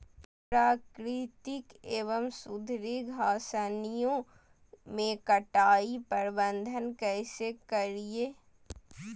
प्राकृतिक एवं सुधरी घासनियों में कटाई प्रबन्ध कैसे करीये?